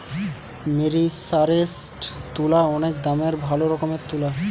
মেরিসারেসজড তুলা অনেক দামের ভালো রকমের তুলা